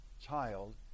child